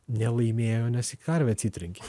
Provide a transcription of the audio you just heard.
nelaimėjo nes į karvę atsitrenkė